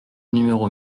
numéro